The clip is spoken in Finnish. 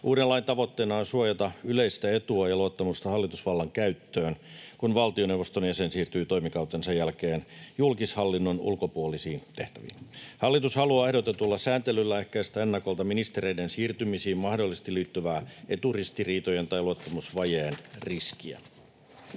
Uuden lain tavoitteena on suojata yleistä etua ja luottamusta hallitusvallan käyttöön, kun valtioneuvoston jäsen siirtyy toimikautensa jälkeen julkishallinnon ulkopuolisiin tehtäviin. Hallitus haluaa ehdotetulla sääntelyllä ehkäistä ennakolta ministereiden siirtymisiin mahdollisesti liittyvää eturistiriitojen tai luottamusvajeen riskiä.